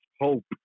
hope